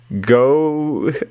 Go